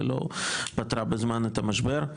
ולא פתרה בזמן את המשבר.